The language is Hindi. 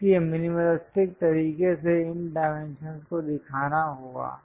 इसलिए मिनिमलिस्टिक तरीके से इन डाइमेंशंस को दिखाना होगा